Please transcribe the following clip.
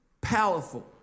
powerful